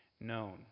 known